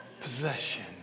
possession